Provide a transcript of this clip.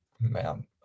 man